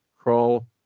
crawl